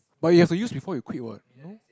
but you have to use before you quite what no